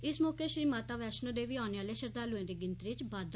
इस मौके श्री माता वैष्णो देवी औने आले श्रद्दालुएं दी गिनतरी च होआ बाद्दा